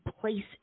place